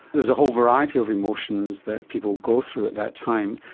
there's a whole variety of emotions that people go through at that time.